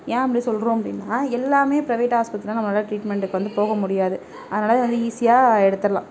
ஏன் அப்படி சொல்கிறோம் அப்படின்னா எல்லாமே ப்ரைவேட் ஆஸ்பத்திரியில் நம்மளால் ட்ரீட்மெண்ட்டுக்கு வந்து போகமுடியாது அதனால் வந்து ஈஸியாக எடுத்துடலாம்